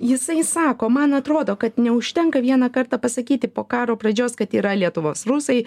jisai sako man atrodo kad neužtenka vieną kartą pasakyti po karo pradžios kad yra lietuvos rusai